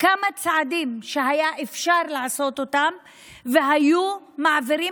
כמה צעדים שהיה אפשר לעשות אותם והיו מעבירים